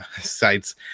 sites